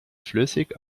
flüssig